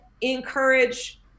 encourage